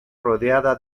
rodeada